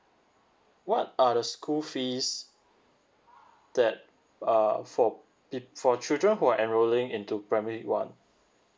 what are the school fees that uh for pe~ for children who are enrolling into primary one